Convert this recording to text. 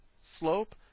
slope